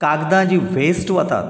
कागदां जी व्हेस्ट वतात